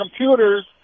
computers